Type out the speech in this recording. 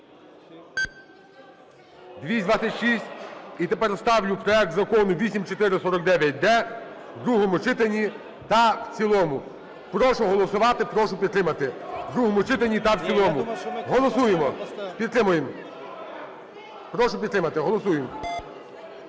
За-226 І тепер ставлю проект Закону 8449-д в другому читанні та в цілому. Прошу голосувати, прошу підтримати в другому читанні та в цілому. Голосуємо, підтримуємо. Прошу підтримати, голосуємо.